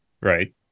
right